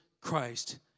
Christ